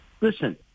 Listen